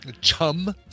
Chum